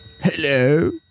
Hello